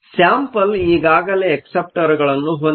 sample ಈಗಾಗಲೇ ಅಕ್ಸೆಪ್ಟರ್ಗಳನ್ನು ಹೊಂದಿವೆ